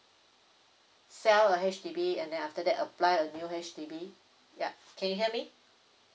sell a H_D_B and then after that apply a new H_D_B ya can you hear me